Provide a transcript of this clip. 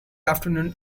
afternoon